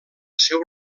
seu